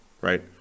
right